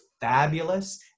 fabulous